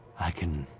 i can,